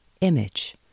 image